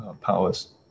powers